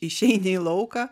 išeini į lauką